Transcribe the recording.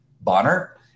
Bonner